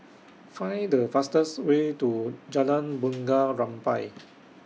Find The fastest Way to Jalan Bunga Rampai